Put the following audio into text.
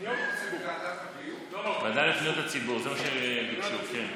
הוועדה לפניות הציבור, זה מה שהם ביקשו.